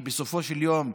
בסופו של יום,